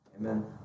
Amen